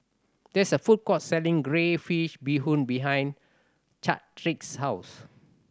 there is a food court selling crayfish beehoon behind Chadrick's house